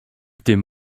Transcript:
tym